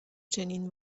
چنین